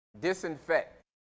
Disinfect